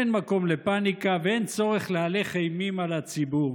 אין מקום לפניקה ואין צורך להלך אימים על הציבור.